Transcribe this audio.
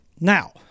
Now